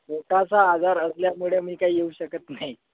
पोटाचा आजार असल्यामुळे मी काही येऊ शकत नाही